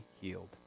healed